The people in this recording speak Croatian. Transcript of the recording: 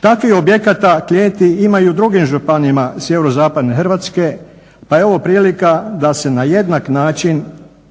Takvih objekata, klijeti ima i u drugim županijama sjeverozapadne Hrvatske pa evo prilika da se na jednak način